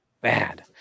bad